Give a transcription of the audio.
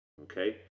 Okay